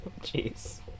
Jeez